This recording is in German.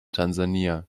tansania